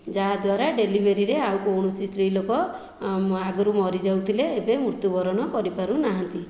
ଯାହା ଦ୍ଵାରା ଡେଲିଭେରିରେ ଆଉ କୌଣସି ସ୍ତ୍ରୀଲୋକ ଆଗରୁ ମରିଯାଉଥିଲେ ଏବେ ମୃତ୍ୟୁବରଣ କରିପାରୁନାହାନ୍ତି